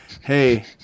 Hey